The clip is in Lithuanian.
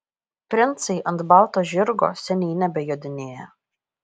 princai ant balto žirgo seniai nebejodinėja